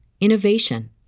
innovation